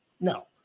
no